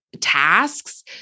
tasks